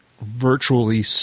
virtually